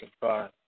five